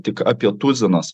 tik apie tuzinas